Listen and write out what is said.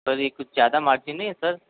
पर ये कुछ ज़्यादा मार्जिन नहीं है सर